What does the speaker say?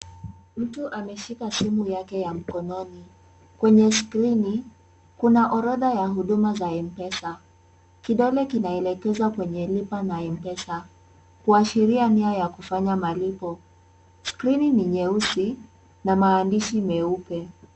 Mtu ameshika simu yake ya mkononi. Kwenye skrini kuna orodha ya huduma za M-Pesa. Kidole kinalekeza kwenye lipa na M-Pesa kuashiria nia ya kufanya malipo. Skrini ni nyeusi na maandishi meupe.